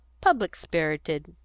public-spirited